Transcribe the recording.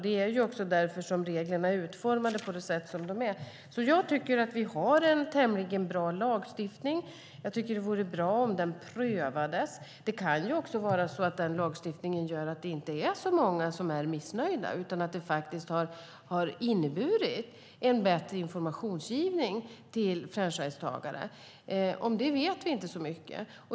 Det är också därför reglerna är utformade på det sätt som de är. Jag tycker att vi har en tämligen bra lagstiftning. Jag tycker att det vore bra om den prövades. Det kan också vara så att den lagstiftningen gör att inte så många är missnöjda utan har inneburit en bättre information till franchisetagare. Om det vet vi inte så mycket.